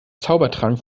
zaubertrank